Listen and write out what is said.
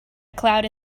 cloud